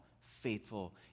faithful